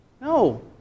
No